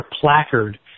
placard